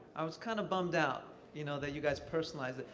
i was kind of bummed out you know that you guys personalized it.